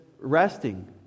resting